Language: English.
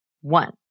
one